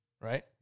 Right